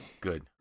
Good